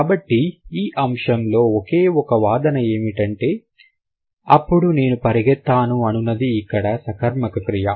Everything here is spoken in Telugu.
కాబట్టి ఈ అంశంలో ఒకే ఒక వాదన ఏమిటంటే అప్పుడు నేను పరిగెత్తాను అనునది ఇక్కడ సకర్మక క్రియ